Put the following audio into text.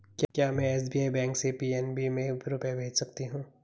क्या में SBI bank से पी.एन.बी में रुपये भेज सकती हूँ?